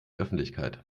öffentlichkeit